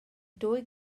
dwy